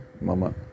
mama